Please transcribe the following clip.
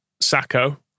Sacco